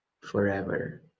forever